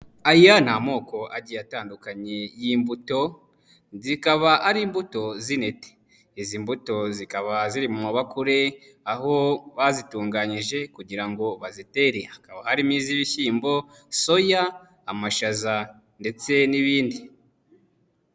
Aya ni amoko agiye atandukanye y'imbuto zikaba ari imbuto z'intete. Izi mbuto zikaba ziri mu mabakure aho bazitunganyije kugira ngo bazitere hakaba harimo iz'ibishyimbo, soya, amashaza, ndetse n'ibindi.